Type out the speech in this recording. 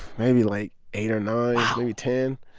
maybe, like, eight or nine, maybe ten.